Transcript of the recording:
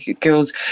girls